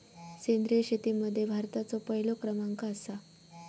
सेंद्रिय शेतीमध्ये भारताचो पहिलो क्रमांक आसा